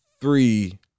three